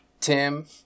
Tim